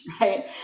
right